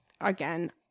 again